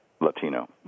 Latino